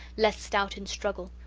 less stout in struggle.